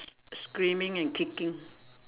screaming and kicking